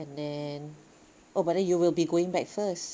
and then oh but then you will be going back first